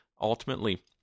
Ultimately